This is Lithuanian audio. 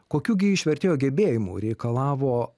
kokių gi iš vertėjo gebėjimų reikalavo